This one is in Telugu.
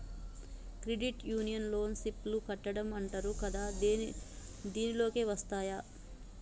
క్రెడిట్ యూనియన్ లోన సిప్ లు కట్టడం అంటరు కదా దీనిలోకే వస్తాయ్